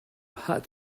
had